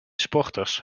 sporters